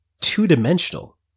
two-dimensional